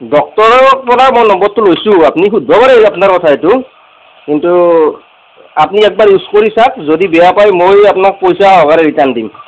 ডক্টৰৰ পৰাই মই নম্বৰটো লৈছোঁ আপ্নি সোধ্ব পাৰে আপ্নাৰ কথা সেইটো কিন্তু আপ্নি এবাৰ ইউজ কৰি চাওক যদি বেয়া পায় মই আপ্নাক অভাৰে ৰিটাৰ্ণ দিম